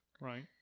Right